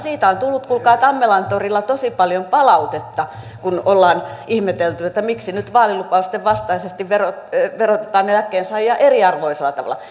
siitä on tullut kuulkaa tammelan torilla tosi paljon palautetta kun on ihmetelty miksi nyt vaalilupausten vastaisesti verotetaan eläkkeensaajia eriarvoisella tavalla